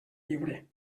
lliure